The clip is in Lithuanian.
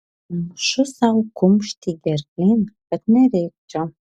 kemšu sau kumštį gerklėn kad nerėkčiau